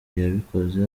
yabikoze